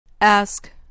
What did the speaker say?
Ask